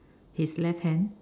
his left hand